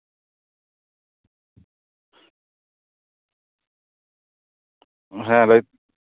ᱦᱮᱸ ᱞᱟᱹᱭ ᱢᱮ